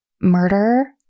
murder